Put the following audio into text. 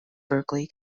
berkeley